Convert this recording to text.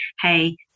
hey